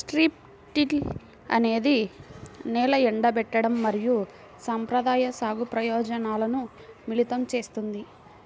strip till అనేది నేల ఎండబెట్టడం మరియు సంప్రదాయ సాగు ప్రయోజనాలను మిళితం చేస్తుంది